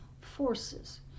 forces